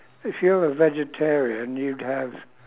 if you're a vegetarian you'd have